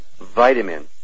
vitamins